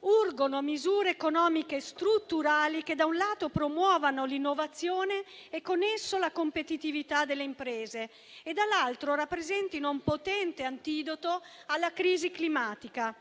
Urgono misure economiche e strutturali che, da un lato, promuovano l'innovazione e con essa la competitività delle imprese e, dall'altro, rappresentino un potente antidoto alla crisi climatica.